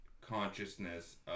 consciousness